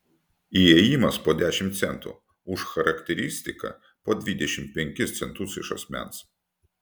įėjimas po dešimt centų už charakteristiką po dvidešimt penkis centus iš asmens